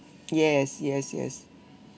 yes yes yes